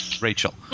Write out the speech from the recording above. rachel